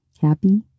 Happy